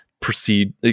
proceed